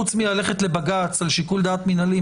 חוץ מאשר ללכת לבג"ץ או לשיקול דעת מינהלי,